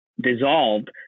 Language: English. dissolved